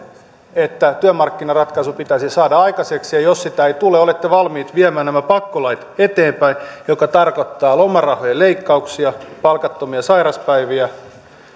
että työmarkkinaratkaisu pitäisi saada aikaiseksi ja jos sitä ei tule olette valmis viemään nämä pakkolait eteenpäin mikä tarkoittaa lomarahojen leikkauksia palkattomia sairaspäiviä